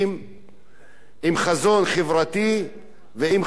עם חזון חברתי ועם חזון דמוקרטי.